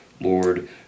Lord